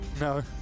No